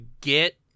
get